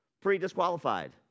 Pre-disqualified